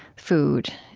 food,